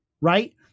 right